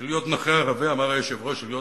שלהיות נכה על זה אמר היושב-ראש: להיות